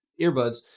earbuds